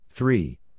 Three